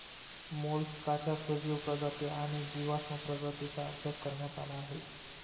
मोलस्काच्या सजीव प्रजाती आणि जीवाश्म प्रजातींचा अभ्यास करण्यात आला आहे